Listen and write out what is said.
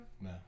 no